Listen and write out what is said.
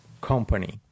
company